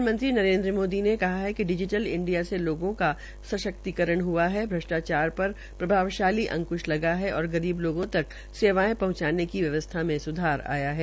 प्रधानमंत्री नरेन्द्र मोदी ने कहा है कि डिजीटल इंडिया से लोगों का सशक्तिकरण हुआ है भ्रष्टाचार सर प्रभावशाली अक्श लगा है और गरीब लोगों तक सेवायें हंचाने की व्यवस्था मे स्धार हआ है